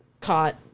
caught